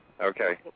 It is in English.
Okay